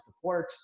support